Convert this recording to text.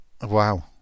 Wow